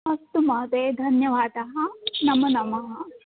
अस्तु महोदय धन्यवादाः नमो नमः